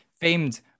famed